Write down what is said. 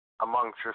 amongst